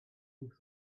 ich